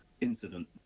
incident